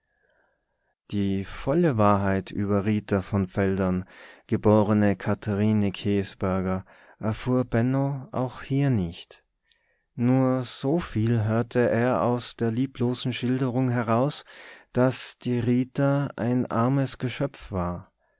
die volle wahrheit über rita von veldern geborene katharine käsberger erfuhr benno auch hier nicht nur so viel hörte er aus der lieblosen schilderung heraus daß die rita ein armes geschöpf war